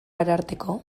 ararteko